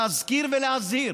להזכיר ולהזהיר,